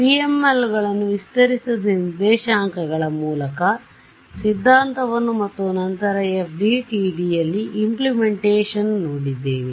ಆದ್ದರಿಂದ PML ಗಳನ್ನು ವಿಸ್ತರಿಸಿದ ನಿರ್ದೇಶಾಂಕಗಳ ಮೂಲಕ ಸಿದ್ಧಾಂತವನ್ನು ಮತ್ತು ನಂತರ FDTDಯಲ್ಲಿ ಇಂಪ್ಲೆಮೆಂಟೇಷನ್ ನೋಡಿದ್ದೇವೆ